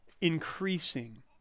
increasing